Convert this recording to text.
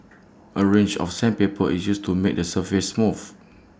A range of sandpaper is used to make the surface smooth